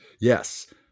Yes